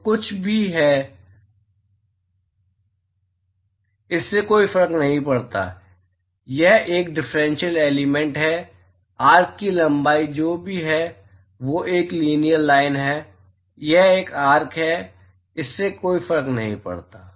जो कुछ भी है इससे कोई फर्क नहीं पड़ता यह एक डिफरेंशियल एलिमेंट है आर्क की लंबाई जो भी हो वह एक लीनीअर लाइन नहीं है यह एक आर्क है इससे कोई फर्क नहीं पड़ता